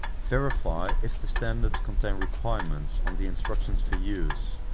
verify if the standards contain requirements on the instructions for use.